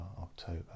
October